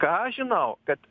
ką aš žinau kad